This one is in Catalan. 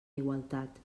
igualtat